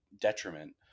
detriment